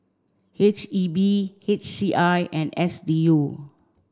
H E B H C I and S D U